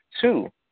Two